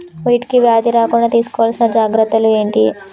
వీటికి వ్యాధి రాకుండా తీసుకోవాల్సిన జాగ్రత్తలు ఏంటియి?